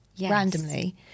randomly